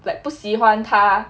like 不喜欢他